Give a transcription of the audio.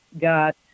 got